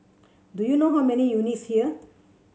do you know how many units here